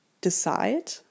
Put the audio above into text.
decide